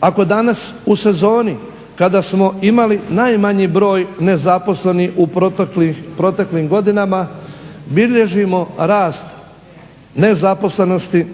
ako danas u sezoni kada smo imali najmanji broj nezaposlenih u proteklim godinama bilježimo rast nezaposlenosti.